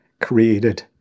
created